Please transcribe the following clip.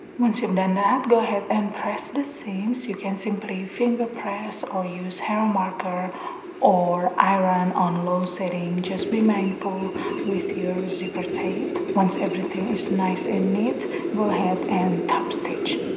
once you've done that go ahead and press the seams you can simply finger press or use hera marker or iron on low setting just be mindful with your zipper tape. once everything is nice and neat go ahead and top stitch